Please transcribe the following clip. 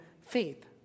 faith